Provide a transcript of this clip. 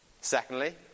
Secondly